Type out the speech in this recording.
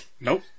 Nope